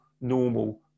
normal